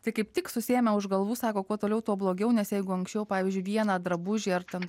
tai kaip tik susiėmę už galvų sako kuo toliau tuo blogiau nes jeigu anksčiau pavyzdžiui vieną drabužį ar ten